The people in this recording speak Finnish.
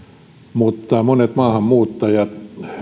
mutta monet maahanmuuttajat